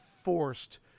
forced